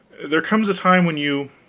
there comes a time when you